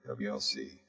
WLC